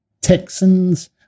Texans